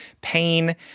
pain